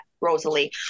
Rosalie